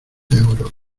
euros